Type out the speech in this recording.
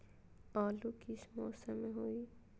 आलू किस मौसम में होई?